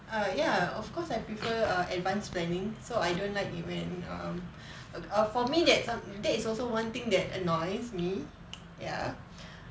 err ya of course I prefer err advanced planning so I don't like it when um err for me that that is also one thing that annoys me ya